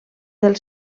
del